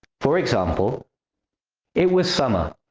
for example it was summer,